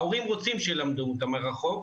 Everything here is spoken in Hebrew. ההורים רוצים שילמדו אותם מרחוק,